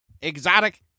Exotic